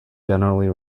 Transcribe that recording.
generally